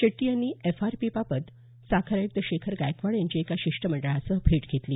शेट्टी यांनी एफआरपी बाबत साखर आय्क्त शेखर गायकवाड यांची एका शिष्टमंडळासह भेट घेतली